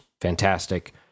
fantastic